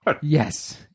Yes